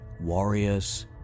warriors